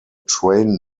train